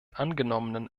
angenommenen